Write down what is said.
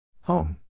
Home